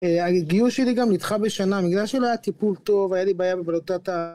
אה ה... הגיוס שלי גם נדחה בשנה, בגלל שלא היה טיפול טוב, היה לי בעיה בבלוטת ה...